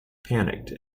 panicked